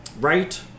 Right